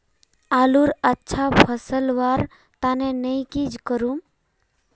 आलूर अच्छा फलवार तने नई की करूम?